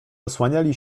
osłaniali